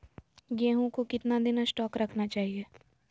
गेंहू को कितना दिन स्टोक रखना चाइए?